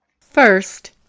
First